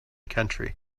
country